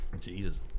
Jesus